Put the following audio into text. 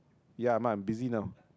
ya ah ma I'm busy now